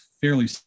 fairly